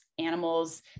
animals